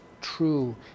true